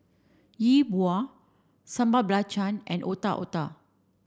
Yi Bua Sambal Belacan and Otak Otak